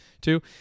two